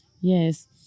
Yes